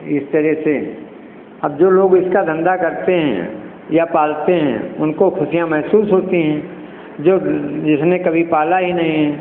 इस तरह से अब जो लोग इसका धंधा करते हैं या पालते हैं उनको खुशियाँ महसूस होती है जो जिसने कभी पाला ही नहीं है